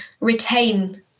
retain